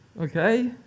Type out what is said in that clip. okay